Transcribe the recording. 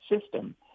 system